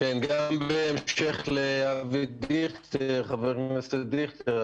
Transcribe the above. גם בהמשך לדברים של חבר הכנסת דיכטר,